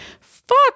fuck